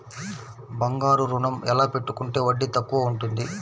బంగారు ఋణం ఎలా పెట్టుకుంటే వడ్డీ తక్కువ ఉంటుంది?